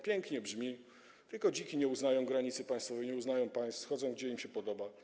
Pięknie to brzmi, tylko że dziki nie uznają granicy państwowej, nie uznają państw, chodzą, gdzie im się podoba.